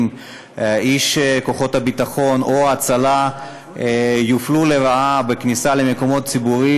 איש כוחות הביטחון או ההצלה יופלה לרעה בכניסה למקומות ציבוריים.